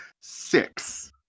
Six